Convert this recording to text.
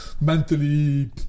mentally